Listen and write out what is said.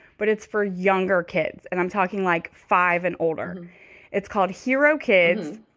but it's for younger kids. and i'm talking like five and older. it's called hero kids.